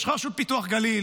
יש לך רשות פיתוח הגליל,